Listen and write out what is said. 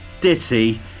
ditty